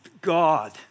God